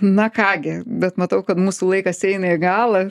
na ką gi bet matau kad mūsų laikas eina į galą